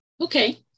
Okay